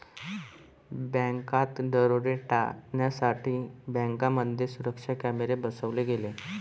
बँकात दरोडे टाळण्यासाठी बँकांमध्ये सुरक्षा कॅमेरे बसवले गेले